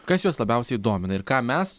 kas juos labiausiai domina ir ką mes